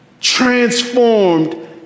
transformed